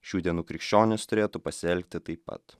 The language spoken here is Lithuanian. šių dienų krikščionys turėtų pasielgti taip pat